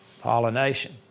Pollination